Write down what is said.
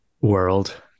world